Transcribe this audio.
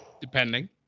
depending